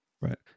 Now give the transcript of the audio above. Right